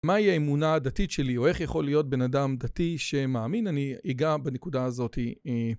מהי האמונה הדתית שלי או איך יכול להיות בן אדם דתי שמאמין? אני אגע בנקודה הזאת.